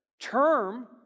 term